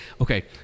Okay